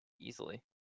easily